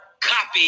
copy